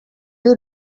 you